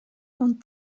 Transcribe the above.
und